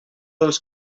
dels